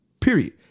Period